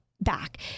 back